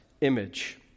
image